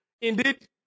indeed